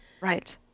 Right